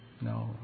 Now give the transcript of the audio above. No